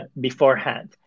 beforehand